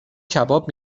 کباب